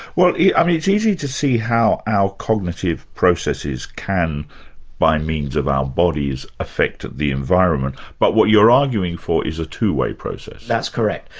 well yeah um it's easy to see how our cognitive processes can by means of our bodies, affect the environment, but what you're arguing for is a two-way process. that's correct.